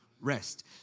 rest